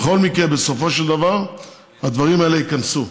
בכל מקרה בסופו של דבר הדברים האלה ייכנסו.